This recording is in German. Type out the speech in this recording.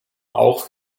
auch